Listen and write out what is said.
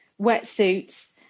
wetsuits